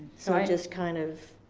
so i just kind of